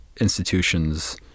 institutions